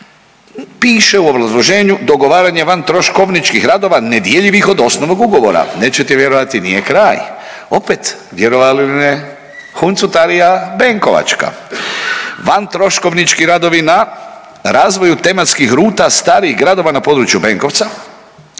Piše u obrazloženju dogovaranje vantroškovničkih troškova nedjeljivih od osnovnog ugovora. Nećete vjerovati nije kraj. Opet vjerovali ili ne, huncutarija benkovačka, vantroškovnički radovi na razvoju tematskih ruta starih gradova na području Benkovca,